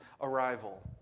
arrival